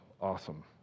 awesome